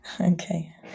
okay